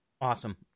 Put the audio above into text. awesome